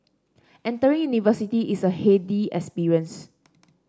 entering university is a heady experience